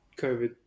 COVID